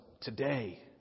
today